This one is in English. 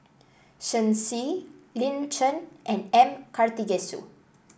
Shen Xi Lin Chen and M Karthigesu